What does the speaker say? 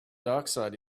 dioxide